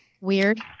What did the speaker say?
Weird